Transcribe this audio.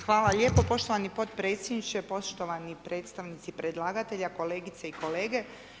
Hvala lijepa poštovani potpredsjedniče, poštovani predstavnici predlagatelja, kolegice i kolege.